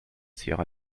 sierra